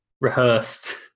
rehearsed